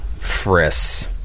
Friss